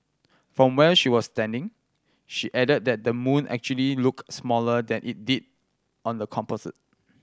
from where she was standing she added that the moon actually looked smaller than it did on the composite